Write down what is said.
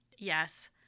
Yes